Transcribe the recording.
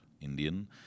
Indian